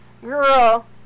Girl